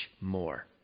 more